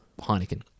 Heineken